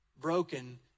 broken